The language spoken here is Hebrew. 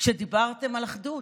הוא שדיברתם על אחדות.